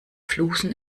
flusen